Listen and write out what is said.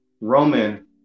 Roman